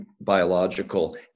biological